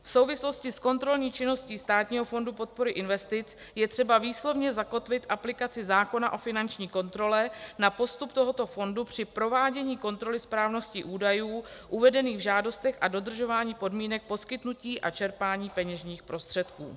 V souvislosti s kontrolní činností Státního fondu podpory investic je třeba výslovně zakotvit aplikaci zákona o finanční kontrole na postup tohoto fondu při provádění kontroly správnosti údajů uvedených v žádostech a dodržování podmínek poskytnutí a čerpání peněžních prostředků.